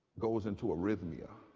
goes into arrhythmia.